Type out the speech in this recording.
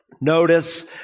Notice